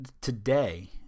Today